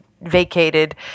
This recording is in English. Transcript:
vacated